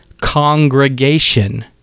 congregation